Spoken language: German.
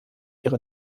ihre